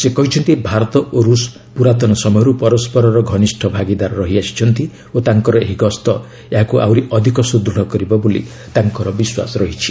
ସେ କହିଛନ୍ତି ଭାରତ ଓ ରୁଷ୍ ପୁରାତନ ସମୟରୁ ପରସ୍କର ଘନିଷ୍ଠ ଭାଗିଦାର ରହିଆସିଛନ୍ତି ଓ ତାଙ୍କର ଏହି ଗସ୍ତ ଏହାକୁ ଆହୁରି ଅଧିକ ସୁଦୃଢ଼ କରିବ ବୋଲି ତାଙ୍କର ବିଶ୍ୱାସ ରହିଛି